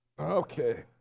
Okay